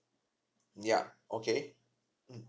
ya okay